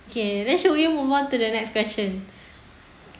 okay should we move on to the next question